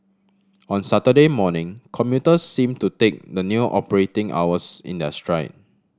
on Saturday morning commuters seemed to take the new operating hours in their stride